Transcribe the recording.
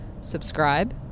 subscribe